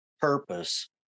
purpose